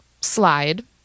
slide